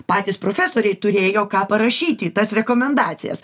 patys profesoriai turėjo ką parašyti į tas rekomendacijas